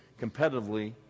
competitively